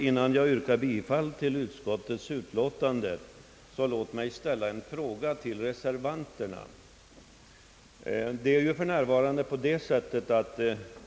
Innan jag yrkar bifall till utskottets betänkande skulle jag vilja ställa en fråga till reservanterna.